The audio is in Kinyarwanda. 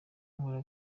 nkora